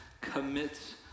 commits